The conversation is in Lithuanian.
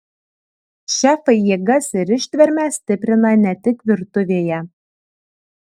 šefai jėgas ir ištvermę stiprina ne tik virtuvėje